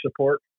support